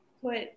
put